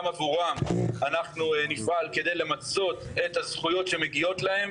גם עבורם אנחנו נפעל כדי למצות את הזכויות שמגיעות להם,